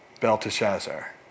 Belteshazzar